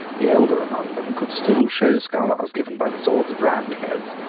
the elder among them could still show scars given by the swords of roundheads,